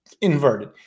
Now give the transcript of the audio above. inverted